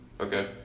Okay